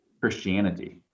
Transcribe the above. Christianity